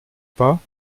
pas